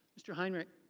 mr. heinrich.